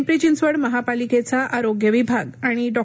पिंपरी चिंचवड महापालिकेचा आरोग्य विभाग आणि डॉ